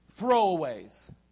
Throwaways